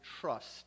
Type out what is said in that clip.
trust